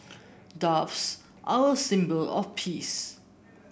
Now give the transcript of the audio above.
doves are a symbol of peace